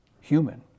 human